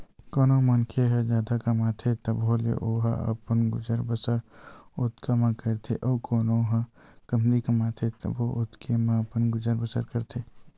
कोनो मनखे ह जादा कमाथे तभो ले ओहा अपन गुजर बसर ओतका म करथे अउ कोनो ह कमती कमाथे तभो ओतके म अपन गुजर बसर करथे